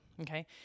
Okay